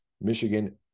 Michigan